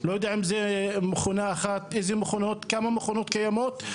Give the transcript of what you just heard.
אני לא יודע אם זה במכונה אחת, כמה מכונות קיימות.